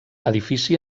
edifici